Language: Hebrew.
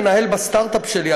כמנהל בסטרטאפ שלי,